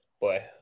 boy